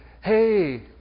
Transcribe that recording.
hey